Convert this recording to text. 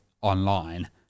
online